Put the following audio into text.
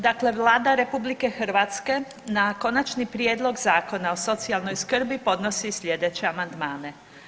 Dakle, Vlada RH na Konačni prijedlog Zakona o socijalnoj skrbi podnosi slijedeće amandmane.